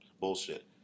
bullshit